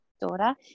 daughter